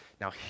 Now